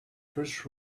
first